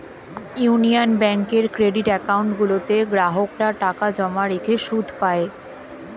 union ব্যাঙ্কের credit account গুলোতে গ্রাহকরা টাকা জমা রেখে সুদ পায়